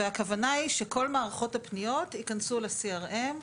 והכוונה היא שכל מערכות הפניות ייכנסו ל-CRM.